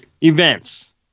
events